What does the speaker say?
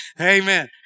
amen